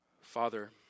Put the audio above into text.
Father